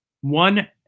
One